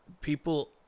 people